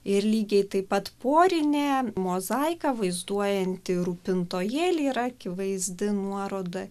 ir lygiai taip pat porinė mozaika vaizduojanti rūpintojėlį yra akivaizdi nuoroda